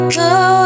go